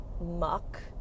muck